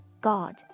God